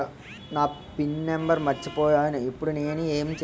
నా pin number మర్చిపోయాను ఇప్పుడు నేను ఎంచేయాలి?